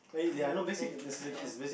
err ya